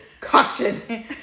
caution